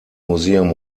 museum